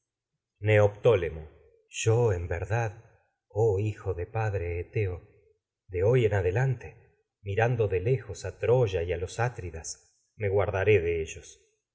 neoptólemo yo de en verdad oh hijo de padre eteo de hoy en adelante mirando ellos y lejos a troya infame y a los atridas más me guardaré de donde se